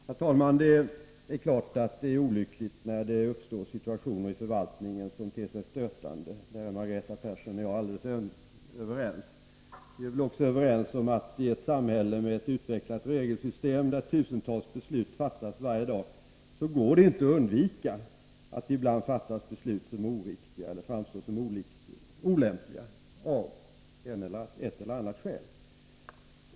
Herr talman! Det är klart att det är olyckligt när det uppstår situationer i förvaltningen som ter sig stötande — där är Margareta Persson och jag alldeles överens. Vi är också överens om att i ett samhälle med ett utvecklat regelsystem, där tusentals beslut fattas varje dag, går det inte att undvika att det ibland fattas beslut som är oriktiga eller som framstår som olämpliga av ett eller annat skäl.